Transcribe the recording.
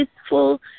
peaceful